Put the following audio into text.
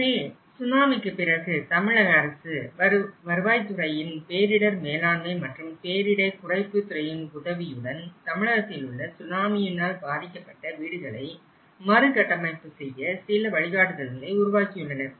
எனவே சுனாமிக்குப் பிறகு தமிழக அரசு வருவாய்த்துறையின் பேரிடர் மேலாண்மை மற்றும் பேரிடர்குறைப்பு துறையின் உதவியுடன் தமிழகத்திலுள்ள சுனாமியினால் பாதிக்கப்பட்ட வீடுகளை மறுகட்டமைப்பு செய்ய சில வழிகாட்டுதல்களை உருவாக்கியுள்ளனர்